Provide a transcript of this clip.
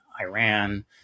Iran